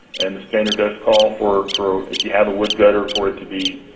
and the standard does call for for if you have a wood gutter, for it to be